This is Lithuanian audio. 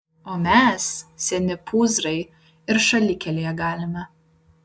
o mes seni pūzrai ir šalikelėje galime